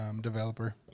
developer